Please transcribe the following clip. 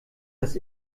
das